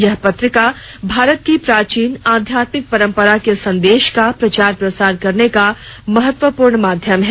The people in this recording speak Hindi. यह पत्रिका भारत की प्राचीन े अध्यात्मिक परंपरा के संदेश का प्रचार प्रसार करने का महत्वपूर्ण माध्यम है